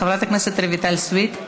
חברת הכנסת רויטל סויד.